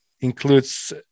includes